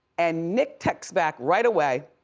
and nick texts back right away.